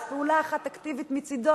אז פעולה אחת אקטיבית מצדו,